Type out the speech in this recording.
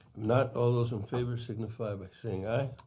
not, all those in favor, signify by saying aye.